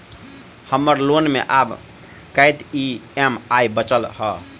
हम्मर लोन मे आब कैत ई.एम.आई बचल ह?